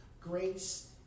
Grace